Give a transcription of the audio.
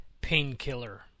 Painkiller